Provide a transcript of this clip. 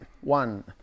One